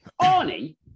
Arnie